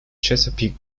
chesapeake